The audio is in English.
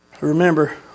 Remember